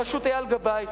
בראשות אייל גבאי,